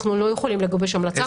אנחנו לא יכולים לגבש המלצה כזאת.